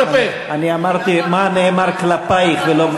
נאפשר לך.